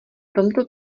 tomto